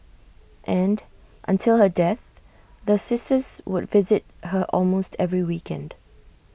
and until her death the sisters would visit her almost every weekend